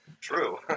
true